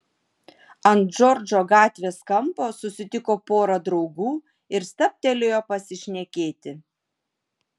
ant džordžo gatvės kampo susitiko porą draugų ir stabtelėjo pasišnekėti